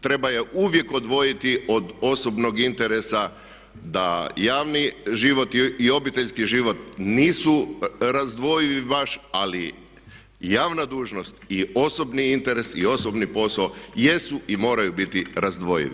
treba je uvijek odvojiti od osobnog interesa, da javni život i obiteljski život nisu razdvojivi baš ali javna dužnost i osobni interes i osobni posao jesu i moraju biti razdvojivi.